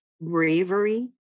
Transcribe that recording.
bravery